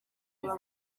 niba